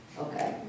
Okay